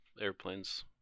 Airplanes